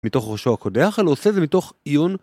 מתוך ראשו הקודח אלא עושה זה מתוך עיון...